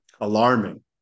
alarming